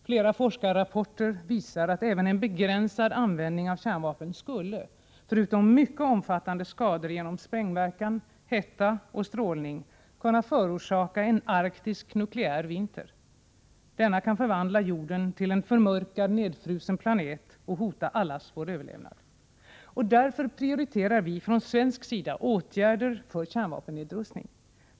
Flera forskarrapporter visar att även en begränsad användning av kärnvapen skulle — förutom mycket omfattande skador genom sprängverkan, hetta och strålning - kunna förorsaka en arktisk nukleär vinter. Kärnvapen kan förvandla jorden till en förmörkad, nedfrusen planet och hota allas vår överlevnad. Därför prioriterar vi från svensk sida åtgärder för kärnvapennedrustning.